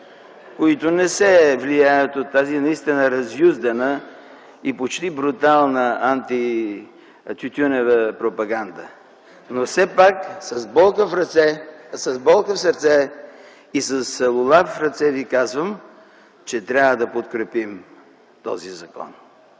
които не се влияят от тази наистина разюздана и почти брутална антитютюнева пропаганда, но все пак с болка на сърце и с лула в ръце ви казвам, че трябва да подкрепим този закон.